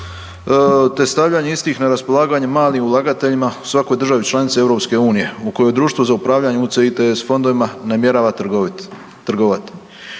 te stavljanje istih na raspolaganje malim ulagateljima u svakoj državi članici EU u kojoj društvo za upravljanje UCITS fondovima namjerava trgovati.